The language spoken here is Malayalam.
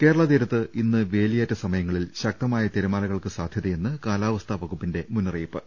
കേരളാ തീരത്ത് ഇന്ന് വേലിയേറ്റ സമയങ്ങളിൽ ശക്തമായ തിരമാലകൾക്ക് സാധൃതയെന്ന് കാലാവസ്ഥാ വകുപ്പിന്റെ മുന്നറിയിപ്പ്